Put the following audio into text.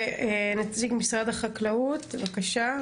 נציג משרד החקלאות, בבקשה.